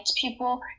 people